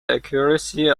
accuracy